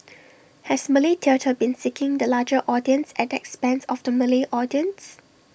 has Malay theatre been seeking the larger audience at the expense of the Malay audience